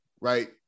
right